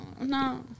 no